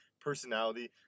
personality